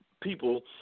people